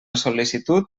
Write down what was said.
sol·licitud